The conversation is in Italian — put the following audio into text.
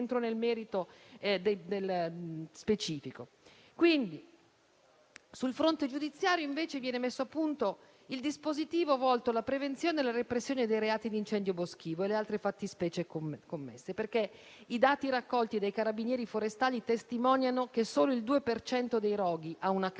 Sul fronte giudiziario, invece, viene messo a punto il dispositivo volto alla prevenzione e alla repressione dei reati di incendio boschivo e delle altre fattispecie commesse, perché i dati raccolti dai Carabinieri forestali testimoniano che solo il 2 per cento dei roghi ha una causa